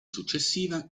successiva